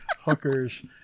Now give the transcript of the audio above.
hookers